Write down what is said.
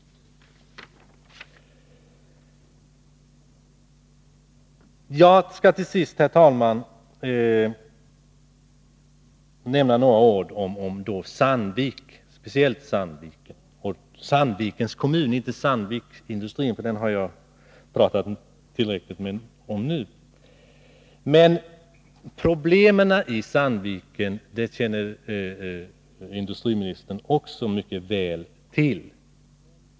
Jag skall till sist, herr talman, nämna några ord om Sandvikens kommun. Industrin har jag talat tillräckligt om nu. Problemen i Sandviken känner industriministern också mycket väl till.